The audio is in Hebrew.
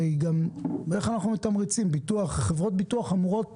מנהל מחלקת ביטוחי חבויות